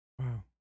Wow